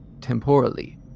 temporally